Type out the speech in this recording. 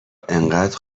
انقدر